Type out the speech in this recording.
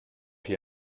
hier